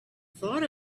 thought